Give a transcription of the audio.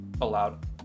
allowed